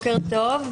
בוקר טוב.